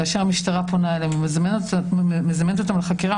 כאשר המשטרה פונה אליהם ומזמנת אותם לחקירה,